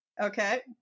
Okay